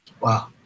Wow